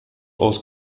aus